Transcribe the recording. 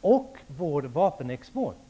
och vår vapenexport?